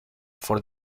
for